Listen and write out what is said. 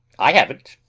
i haven't.